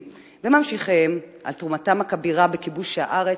ולממשיכיהם על תרומתם הכבירה בכיבוש הארץ,